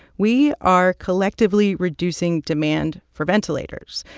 we are collectively reducing demand for ventilators.